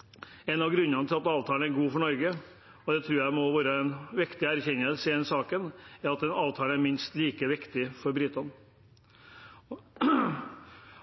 avtalen er god for Norge – og det tror jeg må være en viktig erkjennelse i denne saken – er at den avtalen er minst like viktig for britene.